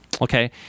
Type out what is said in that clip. Okay